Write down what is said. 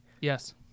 Yes